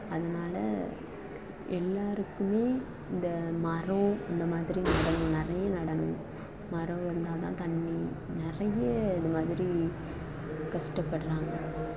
அதனால எல்லாருக்கும் இந்த மரம் இந்த மாதிரி மரம் நிறைய நடணும் மரம் இருந்தால் தான் தண்ணி நிறைய இது மாதிரி கஷ்டப்படுறாங்க